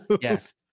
yes